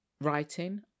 writing